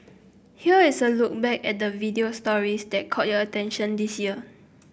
here is a look back at the video stories that caught your attention this year